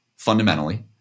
fundamentally